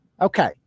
Okay